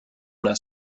una